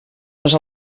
les